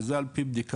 וזה על פי בדיקה,